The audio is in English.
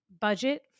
budget